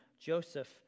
Joseph